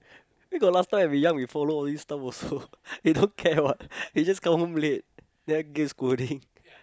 where got last time when we young when we follow all these stuff also we don't care what we just come home late then get scolding